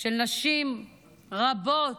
של נשים רבות,